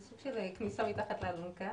זה סוג של כניסה מתחת לאלונקה.